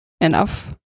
enough